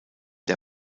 der